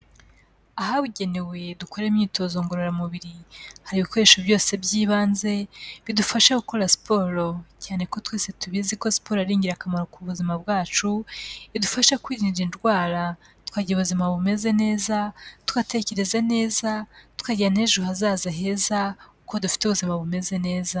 Ahabugenewe dukorera imyitozo ngororamubiri, hari ibikoresho byose by'ibanze bidufasha gukora siporo, cyane ko twese tubizi ko siporo ari ingirakamaro ku buzima bwacu, idufasha kwirinda indwara tukagira ubuzima bumeze neza, tugatekereza neza, tukagira n'ejo hazaza heza kuko dufite ubuzima bumeze neza.